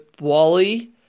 Wally